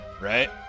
right